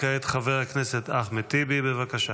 כעת חבר הכנסת אחמד טיבי, בבקשה.